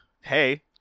Hey